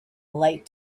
light